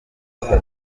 itatu